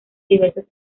diversos